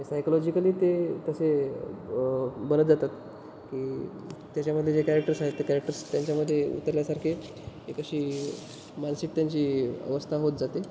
psychologically ते तसे बनत जातात की त्याच्यामधले जे कॅरेक्टर्स आहेत ते कॅरेक्टर्स त्यांच्यामध्ये उतरल्यासारखे एक अशी मानसिक त्यांची अवस्था होत जाते